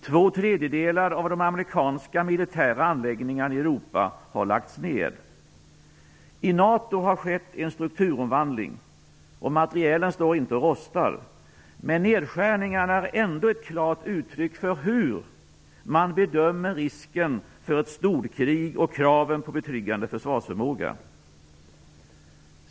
Två tredjedelar av de amerikanska militära anläggningarna i Europa har lagts ned. Det har skett en strukturomvandling i NATO. Materielen står inte och rostar, men nedskärningarna är ändå ett klart uttryck för hur man bedömer risken för ett storkrig och kraven på betryggande försvarsförmåga.